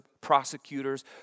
prosecutors